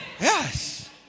Yes